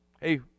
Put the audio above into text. Hey